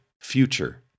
future